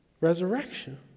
Resurrection